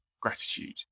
gratitude